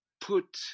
put